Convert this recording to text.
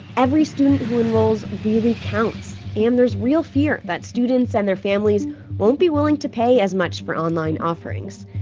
every student who enrolls really counts, and there's real fear that students and their families won't be willing to pay as much for online offerings.